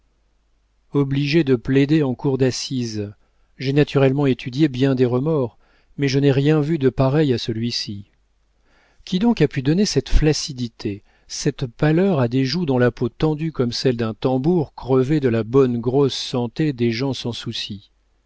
obligé de plaider en cour d'assises j'ai naturellement étudié bien des remords mais je n'ai rien vu de pareil à celui-ci qui donc a pu donner cette flaccidité cette pâleur à des joues dont la peau tendue comme celle d'un tambour crevait de la bonne grosse santé des gens sans soucis